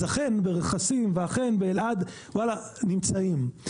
אז אכן ברכסים ואכן באלעד, נמצאים.